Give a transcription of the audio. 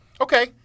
Okay